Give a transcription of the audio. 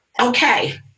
okay